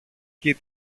και